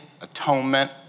atonement